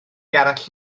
gerallt